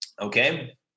okay